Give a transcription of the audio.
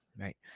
right